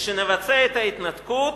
שכשנבצע את ההתנתקות,